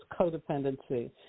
codependency